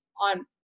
on